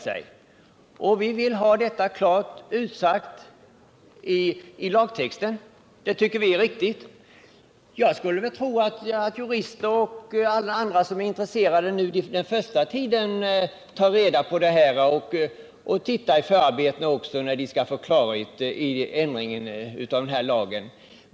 Vi vill emellertid ha detta klart utsagt i lagtexten. Det tycker vi är riktigt. Jag skulle tro att jurister och alla andra intresserade den första tiden tar reda på detta och går till förarbetena, när de vill ha klarhet om ändringen av denna lag.